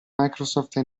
microsoft